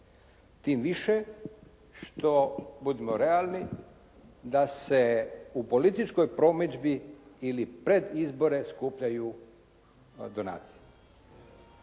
Tim više što, budimo realni da se u političkoj promidžbi ili pred izbore skupljaju donacije.